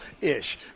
ish